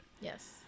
Yes